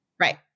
right